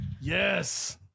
Yes